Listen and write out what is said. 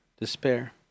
despair